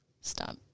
Stop